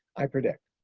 i predict.